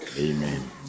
Amen